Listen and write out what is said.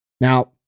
now